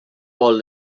vol